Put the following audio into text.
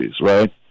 right